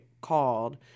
called